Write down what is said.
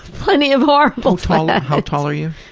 plenty of horrible fat. how tall are you?